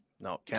No